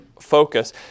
focus